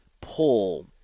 pull